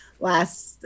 last